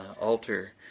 altar